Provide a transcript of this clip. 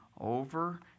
over